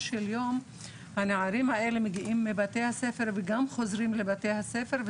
של יום הנערים האלה מגיעים לבתי הספר וגם חוזרים לבתי הספר,